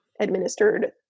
administered